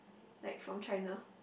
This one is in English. like from China